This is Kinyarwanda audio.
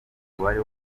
umubare